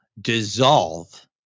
Dissolve